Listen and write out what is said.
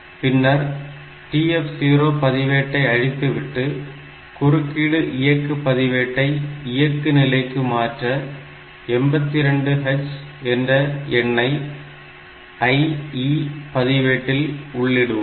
பின்னர் TF0 பதிவேட்டை அழித்து விட்டு குறுக்கீடு இயக்கு பதிவேட்டை இயக்கு நிலைக்கு மாற்ற 82H என்ற எண்ணை IE பதிவேட்டில் உள்ளிடுவோம்